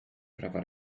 prawa